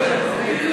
13)